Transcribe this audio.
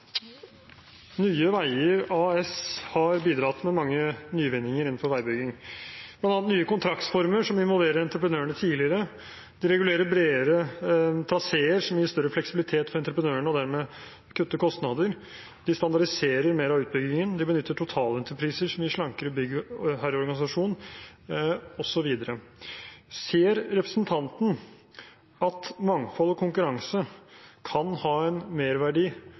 Nye Veier AS har bidratt med mange nyvinninger innenfor veibygging, bl.a. nye kontraktsformer som involverer entreprenørene tidligere, de regulerer bredere traseer, som gir større fleksibilitet for entreprenørene og kutter dermed kostnader, de standardiserer mer av utbyggingen, de benytter totalentrepriser som gir slankere byggherreorganisasjon, osv. Ser representanten at mangfold og konkurranse kan ha en merverdi